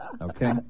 Okay